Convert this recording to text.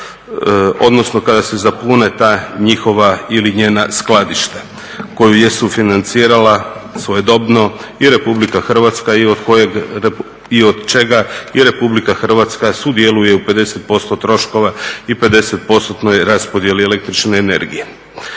odnosno kada se zapune ta njihova ili njena skladišta koju je sufinancirala svojedobno i Republika Hrvatska i od čega i Republika Hrvatska sudjeluje u 50% troškova i 50% raspodjeli električne energije.